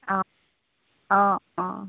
অঁ অঁ অঁ